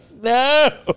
no